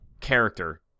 character